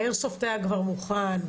האיירסופט היה כבר מוכן,